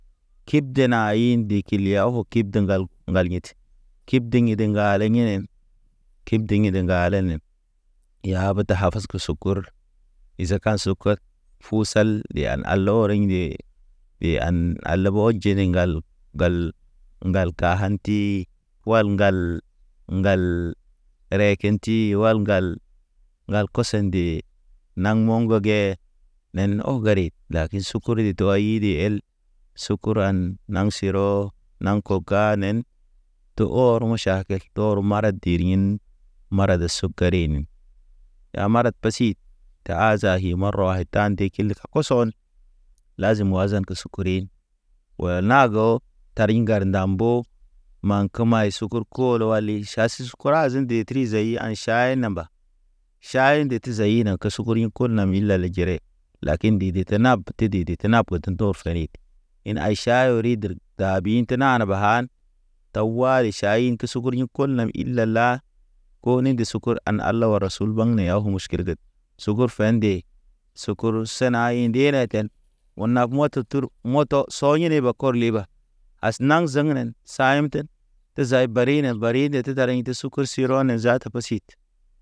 Kibde na hi ndi kil, kil ya o kibde ŋgal, ŋgal yet. Kibde yinde ŋgale yinen kibde ŋgalenen, yaba dabas ke sukur. Izakan sokot fu sal ɗe al lɔriŋ ndee, nde an ala bo jeni ŋgal gal, ŋgal kahanti. Wal ŋgal, ŋgal. Rɛkɛnti wal ŋgal, ŋgal kɔsɔn nde naŋ mɔgɔge nen ɔ garid lakin sukur. Kuruyuto ayi de el, sukuran naŋ sirɔ naŋ ko kanen. To ɔr mo̰ ʃakel tɔr mara dirin, mara de sukarin ya marat pasi ta aza hi marwayd tande kil kɔsɔ ɔn. Lazim wazan ke sukurin, wal nago taring ŋgar ndam mbo, ma kemaɲ sukur kolo wali sasisko. Kura zandi tri zeyi a̰ ʃahe namba ʃahe ndeti zehi neko sukurinko, kul nam ila le jire. Lakin ndi de te nap, di de te nap kod ndɔr ferid, in ay ʃaho rid. Dabi tenan bahan, tawali ʃahin ke sukurinko kol nam ila laa, ko ne nde sukur an ala wala sul baŋ ne hawo meʃ kere de. Sukur fende, sukur sena e ndine ten, una ge moto tur, mɔtɔ sɔ hine ba kɔr liba. Asnaŋ zegnen sahemten, te za barine, barine te tariŋ te sukur sirɔ ne zaata pasit.